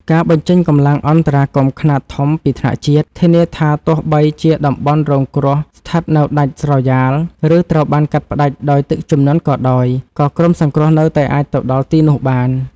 ការបញ្ចេញកម្លាំងអន្តរាគមន៍ខ្នាតធំពីថ្នាក់ជាតិ ធានាថាទោះបីជាតំបន់រងគ្រោះស្ថិតនៅដាច់ស្រយាល ឬត្រូវបានកាត់ផ្ដាច់ដោយទឹកជំនន់ក៏ដោយ ក៏ក្រុមសង្គ្រោះនៅតែអាចទៅដល់ទីនោះបាន។